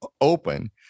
open